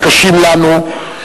הקשים לנו,